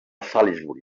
salisbury